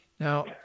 Now